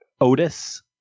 Otis